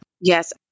Yes